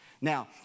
Now